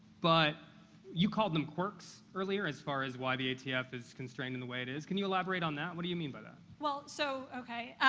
but you called them quirks earlier as far as why the atf is constrained in the way it is. can you elaborate on that? what do you mean by that? well, so, okay.